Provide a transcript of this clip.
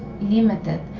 limited